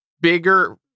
bigger